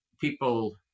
people